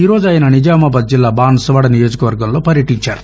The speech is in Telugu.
ఈరోజు ఆయన నిజామాబాద్ జిల్లా బాన్సువాడ నియోజకవర్గంలో పర్యటించారు